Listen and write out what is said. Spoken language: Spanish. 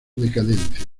decadencia